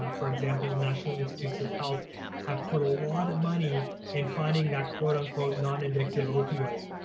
ah for example, national institutes of health have put a lot of money in finding that quote, unquote, non addictive opioid,